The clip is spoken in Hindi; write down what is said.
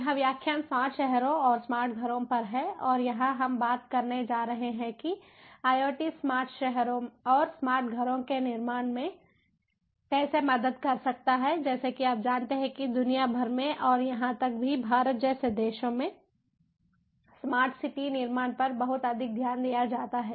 यह व्याख्यान स्मार्ट शहरों और स्मार्ट घरों पर है और यहां हम बात करने जा रहे हैं कि IoT स्मार्ट शहरों और स्मार्ट घरों के निर्माण में कैसे मदद कर सकता है जैसा कि आप जानते हैं कि दुनिया भर में और यहां तक कि भारत जैसे देशों में स्मार्ट सिटी निर्माण पर बहुत अधिक ध्यान दिया जाता है